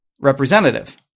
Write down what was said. representative